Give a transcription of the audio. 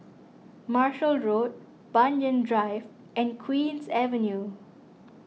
Marshall Road Banyan Drive and Queen's Avenue